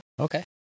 Okay